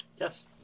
Yes